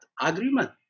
agreement